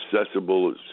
accessible